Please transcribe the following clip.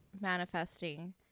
manifesting